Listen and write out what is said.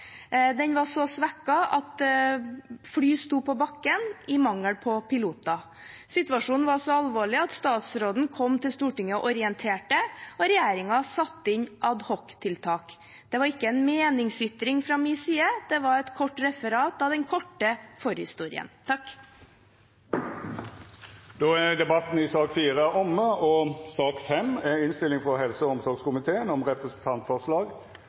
så svekket at fly sto på bakken i mangel på piloter. Situasjonen var så alvorlig at statsråden kom til Stortinget og orienterte, og regjeringen satte inn adhoctiltak. Det var ikke en meningsytring fra min side, det var et kort referat av den korte forhistorien. Fleire har ikkje bedt om ordet til sak nr. 4. Etter ønske frå helse- og omsorgskomiteen